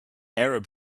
arab